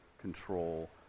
control